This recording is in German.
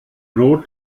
not